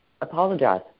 Apologize